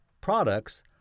products